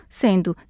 sendo